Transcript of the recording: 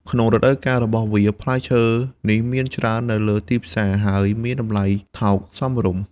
ក្នុងរដូវកាលរបស់វា ផ្លែឈើនេះមានច្រើននៅលើទីផ្សារ ហើយមានតម្លៃថោកសមរម្យ។